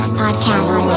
podcast